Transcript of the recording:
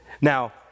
Now